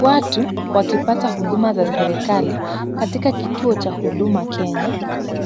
Watu wakipata huduma za serikali katika kituo cha Huduma Kenya,